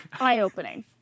eye-opening